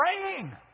praying